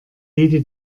jede